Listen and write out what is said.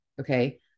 Okay